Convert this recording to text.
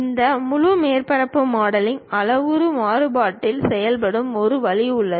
இந்த முழு மேற்பரப்பு மாடலிங் அளவுரு மாறுபாட்டில் செயல்படும் ஒரு வழி உள்ளது